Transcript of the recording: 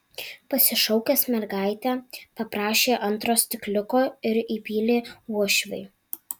pasišaukęs mergaitę paprašė antro stikliuko ir įpylė uošviui